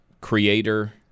creator